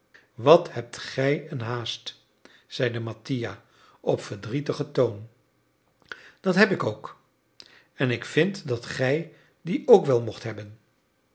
wat hebt gij een haast zeide mattia op verdrietigen toon dat heb ik ook en ik vind dat gij die ook wel mocht hebben